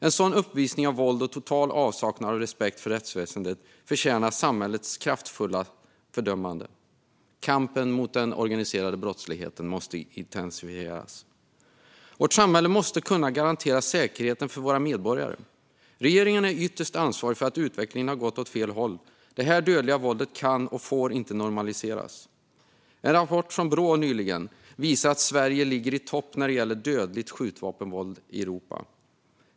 En sådan uppvisning av våld och total avsaknad av respekt för rättsväsendet förtjänar samhällets kraftfulla fördömande. Kampen mot den organiserade brottsligheten måste intensifieras. Vårt samhälle måste kunna garantera säkerheten för våra medborgare. Regeringen är ytterst ansvarig för att utvecklingen har gått åt fel håll. Det dödliga våldet kan och får inte normaliseras. En rapport från Brå visade nyligen att Sverige ligger i topp när det gäller dödligt skjutvapenvåld i Europa.